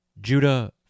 Judah